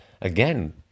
again